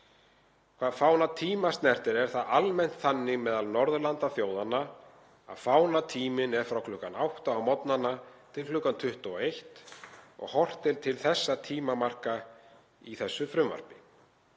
Hvað fánatíma snertir er það almennt þannig meðal Norðurlandaþjóðanna að fánatíminn er frá kl. 8 á morgnana til kl. 21 og horft er til þessara tímamarka í frumvarpinu.